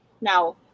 now